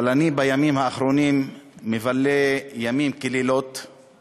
אבל בימים האחרונים אני מבלה לילות כימים,